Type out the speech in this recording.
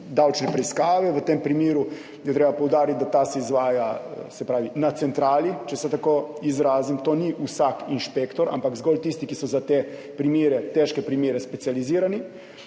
davčne preiskave. V tem primeru je treba poudariti, da ta se izvaja na centrali, če se tako izrazim, to ni vsak inšpektor, ampak zgolj tisti, ki so za te primere, težke primere specializirani